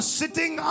sitting